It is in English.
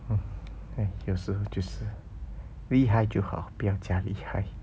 orh !wah! 有时就是厉害就好不要假厉害